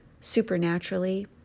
supernaturally